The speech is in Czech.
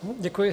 Děkuji.